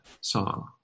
song